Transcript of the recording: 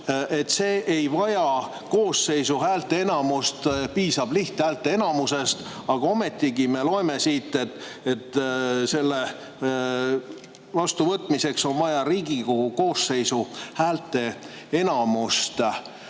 see ei vaja koosseisu häälteenamust, piisab lihthäälteenamusest. Ometigi me loeme siit, et selle vastuvõtmiseks on vaja Riigikogu koosseisu häälteenamust.